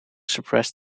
suppress